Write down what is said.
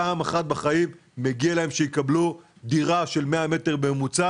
פעם אחת בחיים מגיע להם שיקבלו דירה של 100 מטר בממוצע